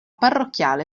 parrocchiale